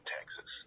Texas